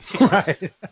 Right